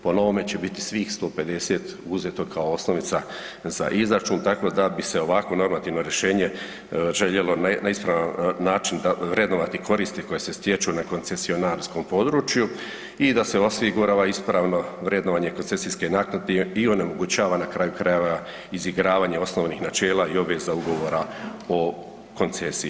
Po novome će biti svih 150 uzeto kao osnovica za izračun, tako da bi se ovakvo normativno rješenje željelo na ispravan način vrednovati koristi koje se stječu na koncesionarskom području i da se osigurava ispravno vrednovanje koncesijske naknade i onemogućava na kraju krajeva izigravanje osnovnih načela i obveza Ugovora o koncesiji.